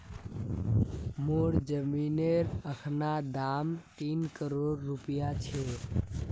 मोर जमीनेर अखना दाम तीन करोड़ रूपया छ